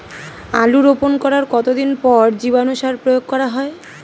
আলু রোপণ করার কতদিন পর জীবাণু সার প্রয়োগ করা হয়?